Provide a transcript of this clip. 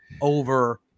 over